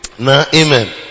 Amen